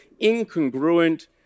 incongruent